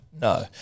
no